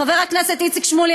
חבר הכנסת איציק שמולי,